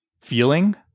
feeling